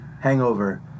Hangover